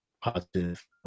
positive